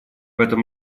этом